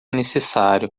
necessário